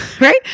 right